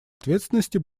ответственности